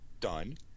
done